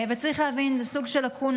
צריך להבין, זה סוג של לקונה.